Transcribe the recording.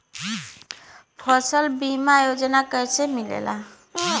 फसल बीमा योजना कैसे मिलेला?